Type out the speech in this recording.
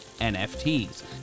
NFTs